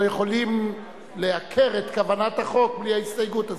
לא יכולים לעקר את כוונת החוק בלי ההסתייגות הזאת.